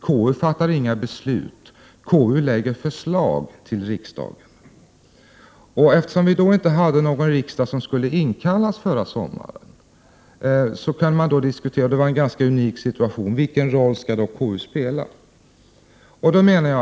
KU fattar inga beslut. KU lägger förslag till riksdagen. Eftersom vi förra sommaren inte hade någon riksdag som skulle inkallas — det var en unik situation — kunde man diskutera vilken roll KU skulle spela.